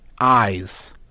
eyes